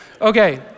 Okay